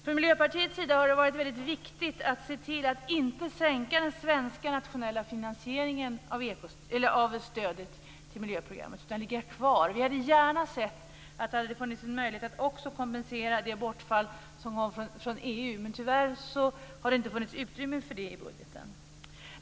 För Miljöpartiet har det varit väldigt viktigt att inte sänka den svenska nationella finansieringen av stödet till miljöprogrammet utan ligga kvar. Vi hade gärna sett att det hade funnits en möjlighet att också kompensera det bortfall som kom från EU. Men tyvärr har det inte funnits utrymme för det i budgeten.